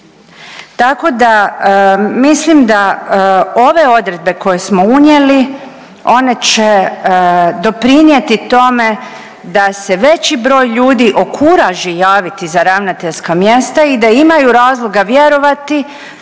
Tako da mislim da ove odredbe koje smo unijeli one će doprinjeti tome da se veći broj ljudi okuraži javiti za ravnateljska mjesta i da imaju razloga vjerovati